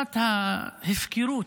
תחושת ההפקרות,